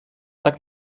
так